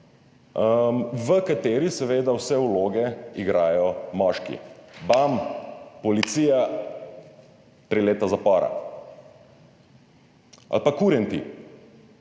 v kateri seveda vse vloge igrajo moški. Bam, policija, tri leta zapora. Ali pa kurenti.